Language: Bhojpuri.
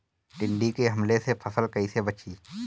टिड्डी के हमले से फसल कइसे बची?